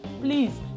please